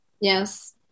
yes